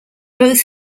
both